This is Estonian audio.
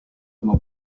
tema